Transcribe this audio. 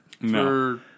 No